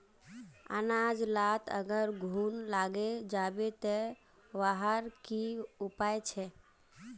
अनाज लात अगर घुन लागे जाबे ते वहार की उपाय छे?